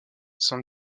sont